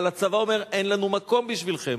אבל הצבא אומר: אין לנו מקום בשבילכם.